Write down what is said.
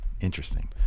interesting